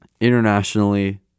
internationally